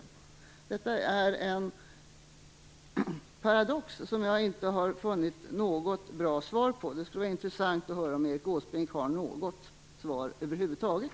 Detta är en paradox, som jag inte har funnit någon bra förklaring till. Det skulle vara intressant att höra om Erik Åsbrink har något svar över huvud taget.